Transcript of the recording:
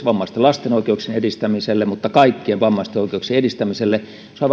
vammaisten lasten oikeuksien edistämiselle kuin kaikkien vammaisten oikeuksien edistämiselle se on aivan